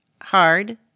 hard